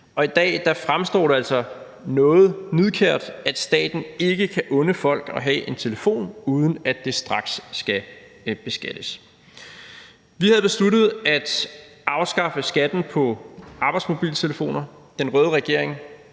i dag fremstår det altså noget nidkært, at staten ikke kan unde folk at have en telefon, uden at den straks skal beskattes. Vi havde besluttet at afskaffe skatten på arbejdsmobiltelefoner. Den røde regering